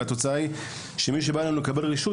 והתוצאה היא שמי שבא אלינו לקבל רישוי,